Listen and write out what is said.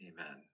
Amen